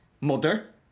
Mother